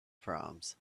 proms